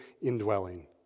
indwelling